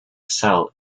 cell